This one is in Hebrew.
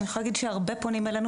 אבל אני יכולה להגיד שהרבה פונים אלינו